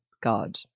god